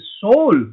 soul